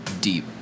deep